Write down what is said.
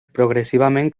progressivament